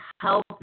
help